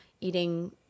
eating